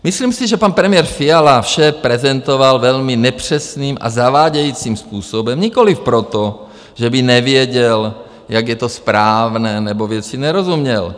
Myslím si, že pan premiér Fiala vše prezentoval velmi nepřesným a zavádějícím způsobem nikoliv proto, že by nevěděl, jak je to správné, nebo věci nerozuměl.